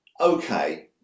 okay